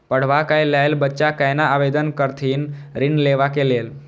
पढ़वा कै लैल बच्चा कैना आवेदन करथिन ऋण लेवा के लेल?